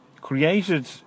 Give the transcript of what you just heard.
created